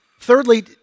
Thirdly